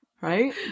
right